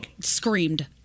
screamed